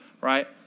right